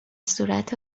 صورت